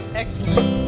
excellent